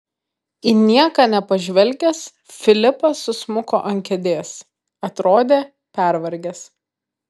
į nieką nepažvelgęs filipas susmuko ant kėdės atrodė pervargęs